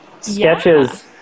sketches